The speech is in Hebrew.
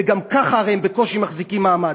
וגם ככה הרי הם בקושי מחזיקים מעמד.